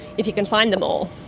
if you can find them all.